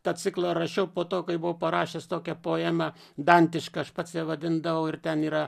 tą ciklą rašiau po to kai buvau parašęs tokią poemą dantiška aš pats save vadindavau ir ten yra